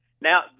Now